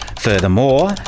Furthermore